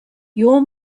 your